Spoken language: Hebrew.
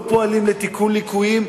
לא פועלים לתיקון ליקויים,